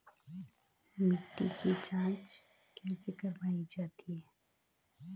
मिट्टी की जाँच कैसे करवायी जाती है?